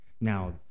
now